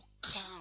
come